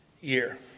year